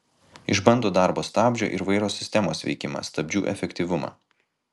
išbando darbo stabdžio ir vairo sistemos veikimą stabdžių efektyvumą